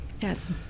Yes